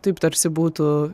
taip tarsi būtų